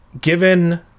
given